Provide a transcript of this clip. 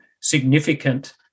significant